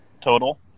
total